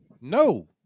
No